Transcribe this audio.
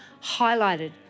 highlighted